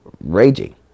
raging